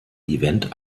event